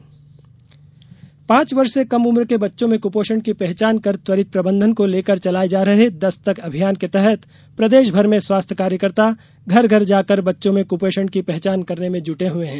दस्तक अभियान पांच वर्ष से कम उम्र के बच्चों में कुपोषण की पहचान कर त्वरित प्रबंधन को लेकर चलाये जा रहे दस्तक अभियान के तहत प्रदेशभर में स्वास्थ्य कार्यकर्ता घर घर जाकर बच्चों में कुपोषण की पहचान करने में जुटे हुए हैं